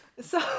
So-